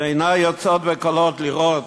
ועיני יוצאות וכלות לראות